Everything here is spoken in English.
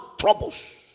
troubles